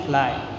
life